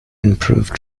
improved